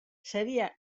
seria